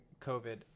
COVID